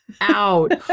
out